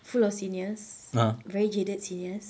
full of seniors very jaded seniors